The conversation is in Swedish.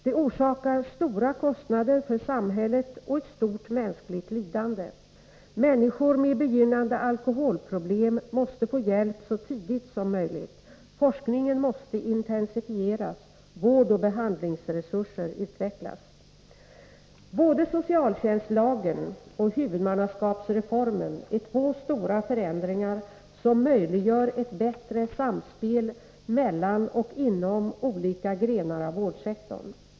Det orsakar stora kostnader för samhället och ett stort mänskligt lidande. Människor med begynnande alkoholproblem måste få hjälp så tidigt som möjligt. Forskningen måste intensifieras, vårdoch behandlingsresurser utvecklas. Socialtjänstlagen och huvudmannaskapsreformen är två stora förändringar, som möjliggör ett bättre samspel mellan och inom olika grenar av vårdsektorn.